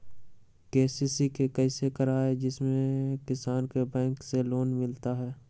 KCC कैसे कराये जिसमे किसान को बैंक से लोन मिलता है?